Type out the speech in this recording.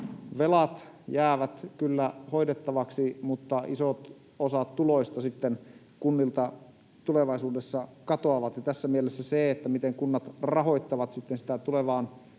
velat jäävät kyllä hoidettavaksi, mutta iso osa tuloista sitten kunnilta tulevaisuudessa katoaa. Tässä mielessä se, miten kunnat rahoittavat tulevaan